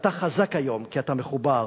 ואתה חזק היום כי אתה מחובר